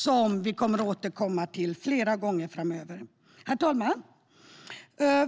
Det kommer vi att återkomma till flera gånger framöver. Herr talman!